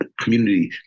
community